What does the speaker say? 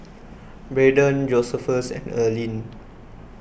Braedon Josephus and Earline